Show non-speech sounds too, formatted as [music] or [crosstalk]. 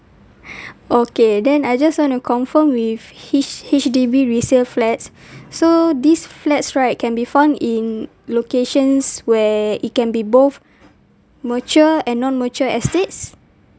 [breath] okay then I just want to confirm with H~ H_D_B resale flats [breath] so these flats right can be found in locations where it can be both mature and non mature estates